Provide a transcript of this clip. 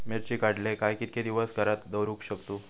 मिर्ची काडले काय कीतके दिवस घरात दवरुक शकतू?